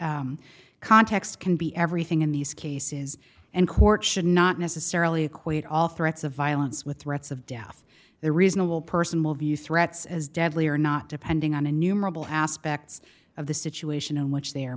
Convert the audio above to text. that context can be everything in these cases and court should not necessarily equate all threats of violence with threats of death the reasonable person will view threats as deadly or not depending on the numerable aspects of the situation in which they